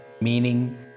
meaning